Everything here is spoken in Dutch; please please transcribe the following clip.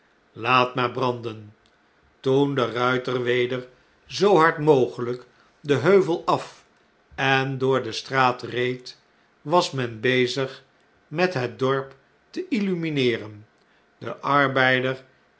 laat maar branden toen de ruiter weder zoo hard mogelflk den heuvel af en door de straat reed was men bezig met het dorp te illumineeren de arbeider